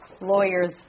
Lawyers